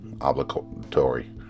obligatory